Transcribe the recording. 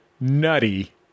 nutty